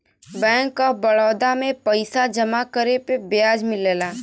bank of Baroda में पइसा जमा करे पे ब्याज मिलला